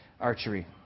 archery